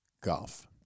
Golf